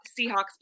Seahawks